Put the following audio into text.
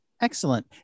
Excellent